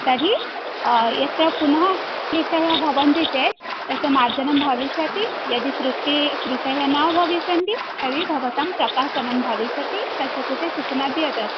तर्हि यत्र पुनः त्रुटयः भवन्ति चेत् तत्र मार्जनं भविष्यति यदि त्रुटिः त्रुटयः न भविष्यन्ति तर्हि भवतां प्रकाशनं भविष्यति तस्य कृते सूचना दीयते अपि